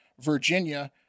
Virginia